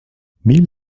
meal